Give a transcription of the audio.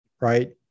right